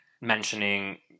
mentioning